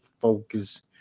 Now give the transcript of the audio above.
focus